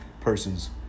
persons